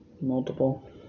Multiple